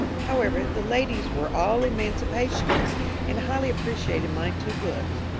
however, the ladies were all emancipationists and highly appreciated my two books,